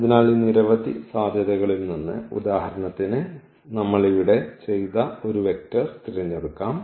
അതിനാൽ ഈ നിരവധി സാധ്യതകളിൽ നിന്ന് ഉദാഹരണത്തിന് നമ്മൾ ഇവിടെ ചെയ്ത ഒരു വെക്റ്റർ തിരഞ്ഞെടുക്കാം